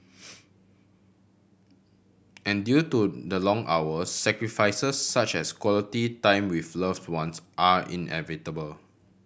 and due to the long hours sacrifices such as quality time with loved ones are inevitable